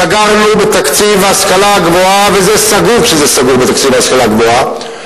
סגרנו בתקציב ההשכלה הגבוהה וזה סגור כשזה סגור בתקציב ההשכלה הגבוהה,